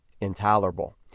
intolerable